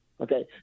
Okay